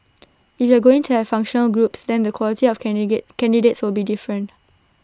if you're going to have functional groups then the quality of candidate candidates will be different